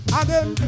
again